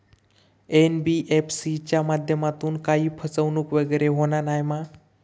NBFC च्या माध्यमातून काही फसवणूक वगैरे होना नाय मा?